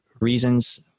reasons